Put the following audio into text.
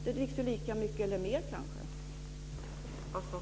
Det dricks väl lika mycket eller kanske mer.